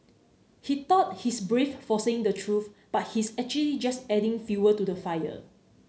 he thought he's brave for saying the truth but he's actually just adding fuel to the fire